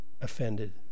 offended